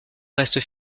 restent